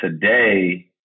today